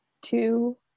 two